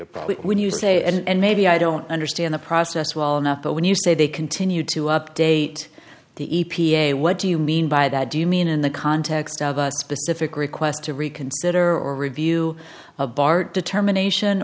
say and maybe i don't understand the process well enough but when you say they continue to update the e p a what do you mean by that do you mean in the context of a specific request to reconsider or review a bart determination